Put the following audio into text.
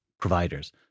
providers